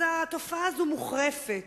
התופעה הזאת מוחרפת.